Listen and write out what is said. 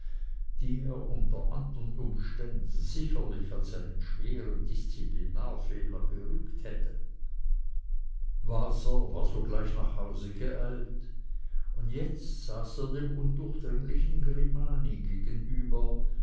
die er unter andern umständen sicherlich als einen schweren disziplinarfehler gerügt hatte waser war sogleich nach hause geeilt und jetzt saß er dem undurchdringlichen grimani gegenüber